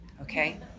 okay